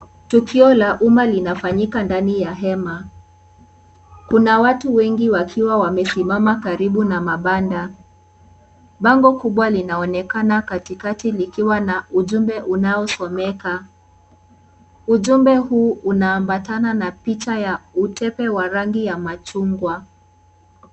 Tukio la umma linafanyika ndani ya hema, kuna watu wengi wakiwa wamesimama karibu na mabanda . Bango kubwa linaonekana katikati likiwa na ujumbe unaosomeka . Ujumbe huu Una ambatana na picha ya utepe wa rangi ya machungwa.